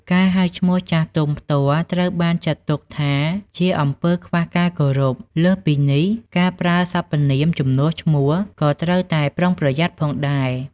ការហៅឈ្មោះចាស់ទុំផ្ទាល់ ត្រូវបានចាត់ទុកថាជាអំពើខ្វះការគោរព។ លើសពីនេះ ការប្រើសព្វនាមជំនួសឈ្មោះ ក៏ត្រូវតែប្រុងប្រយ័ត្នផងដែរ។